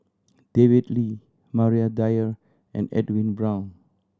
David Lee Maria Dyer and Edwin Brown